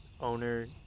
owner